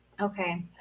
Okay